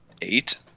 eight